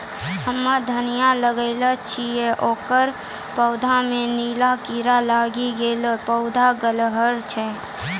हम्मे धनिया लगैलो छियै ओकर पौधा मे नीला कीड़ा लागी गैलै पौधा गैलरहल छै?